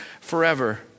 forever